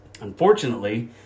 Unfortunately